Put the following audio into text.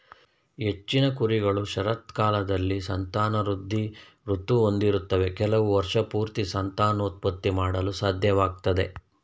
ಹೆಚ್ಚಿನ ಕುರಿಗಳು ಶರತ್ಕಾಲದಲ್ಲಿ ಸಂತಾನವೃದ್ಧಿ ಋತು ಹೊಂದಿರ್ತವೆ ಕೆಲವು ವರ್ಷಪೂರ್ತಿ ಸಂತಾನೋತ್ಪತ್ತಿ ಮಾಡಲು ಸಾಧ್ಯವಾಗ್ತದೆ